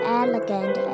elegant